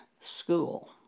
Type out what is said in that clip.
school